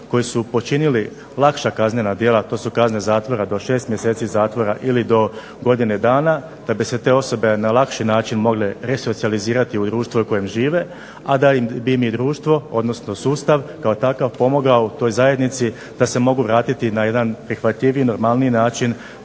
koji su počinili lakša kaznena djela, a to su kazne zatvora do 6 mjeseci zatvora ili do godine dana da bi se te osobe na lakši način mogle resocijalizirati u društvo u kojem žive, a da bi im društvo, odnosno sustav kao takav pomogao u toj zajednici da se mogu vratiti na jedan prihvatljiviji, normalniji način